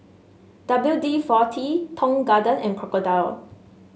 W D forty Tong Garden and Crocodile